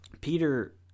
Peter